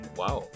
wow